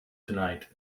tonight